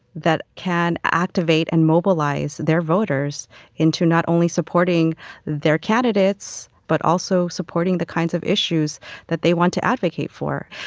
that can activate and mobilize their voters into not only supporting their candidates but also supporting the kinds of issues that they want to advocate for.